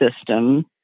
system